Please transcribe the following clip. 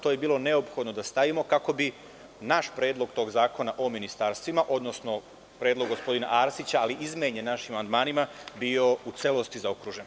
To je bilo neophodno da stavimo kako bi naš predlog tog zakona o ministarstvima, odnosno predlog gospodina Arsića, ali izmenjen našim amandmanima bio u celosti zaokružen.